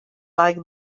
like